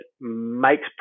makes